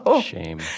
Shame